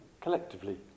collectively